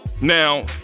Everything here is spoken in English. Now